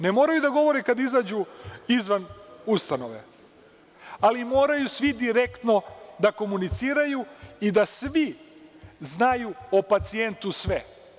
Ne moraju da govore kada izađu izvan ustanove, ali moraju svi direktno da komuniciraju i da svi znaju o pacijentu sve.